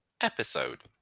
episode